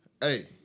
Hey